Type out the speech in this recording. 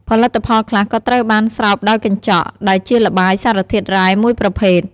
ផលិតផលខ្លះក៏ត្រូវបាន ស្រោបដោយកញ្ចក់ ដែលជាល្បាយសារធាតុរ៉ែមួយប្រភេទ។